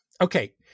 Okay